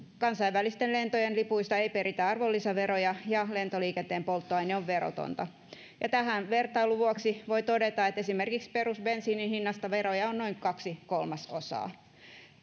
kansainvälisten lentojen lipuista ei peritä arvonlisäveroja ja lentoliikenteen polttoaine on verotonta ja tähän vertailun vuoksi voi todeta että esimerkiksi perusbensiinin hinnasta veroja on noin kaksi kolmasosaa